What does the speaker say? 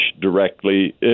directly